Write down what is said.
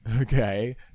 Okay